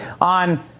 on